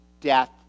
death